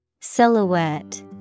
Silhouette